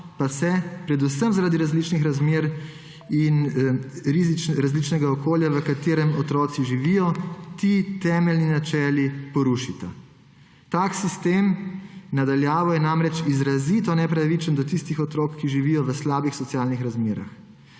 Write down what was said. pa se predvsem zaradi različnih razmer in različnega okolja, v katerem otroci živijo, ti temeljni načeli porušita. Tak sistem na daljavo je namreč izrazito nepravičen do tistih otrok, ki živijo v slabih socialnih razmerah.